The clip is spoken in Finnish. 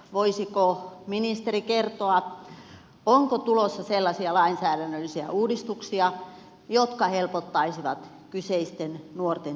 voisiko ministeri kertoa onko tulossa sellaisia lainsäädännöllisiä uudistuksia jotka helpottaisivat kyseisten nuorten työllistymistä